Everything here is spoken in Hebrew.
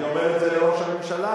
אני אומר את זה לראש הממשלה,